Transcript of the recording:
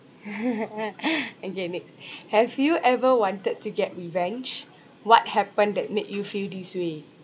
okay next have you ever wanted to get revenge what happened that made you feel this way